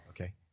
Okay